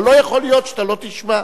אבל לא יכול להיות שאתה לא תישמע.